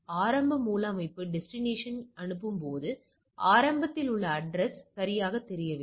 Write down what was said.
ஆரம்ப மூல அமைப்பு டெஸ்டினேஷன் அனுப்பும் போது ஆரம்பத்தில் உள்ள அட்ரஸ் சரியாகத் தெரியவில்லை